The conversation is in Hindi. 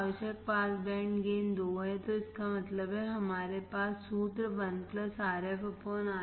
आवश्यक पास बैंड गेन 2 है तो इसका मतलब है हमारे पास सूत्र 1 Rf Ri 2 सही है